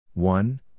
One